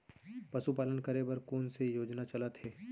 पशुपालन करे बर कोन से योजना चलत हे?